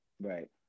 Right